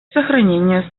сохранение